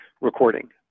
recording